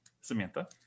samantha